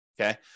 okay